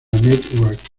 network